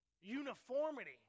Uniformity